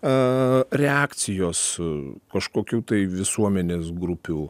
a reakcijos kažkokiu tai visuomenės grupių